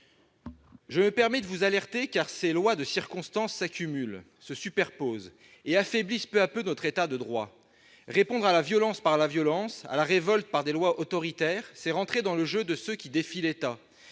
Je me permets de vous alerter, car ces lois de circonstance s'accumulent, se superposent et affaiblissent peu à peu notre État de droit. Répondre à la violence par la violence, à la révolte par des lois autoritaires, c'est entrer dans le jeu de ceux qui défient l'État,